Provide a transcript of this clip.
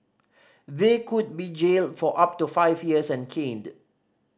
they could be jailed for up to five years and caned